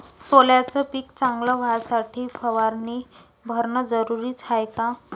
सोल्याचं पिक चांगलं व्हासाठी फवारणी भरनं जरुरी हाये का?